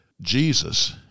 Jesus